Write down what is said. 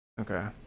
Okay